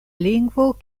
lingvo